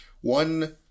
One